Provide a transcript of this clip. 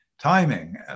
timing